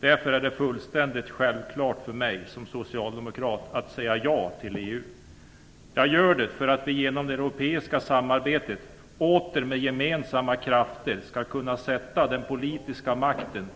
Därför är det fullständigt självklart för mig som socialdemokrat att säga ja till EU! Jag gör det för att vi genom det europeiska samarbetet åter med gemensamma krafter skall kunna sätta den politiska makten